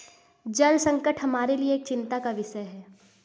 जल संकट हमारे लिए एक चिंता का विषय है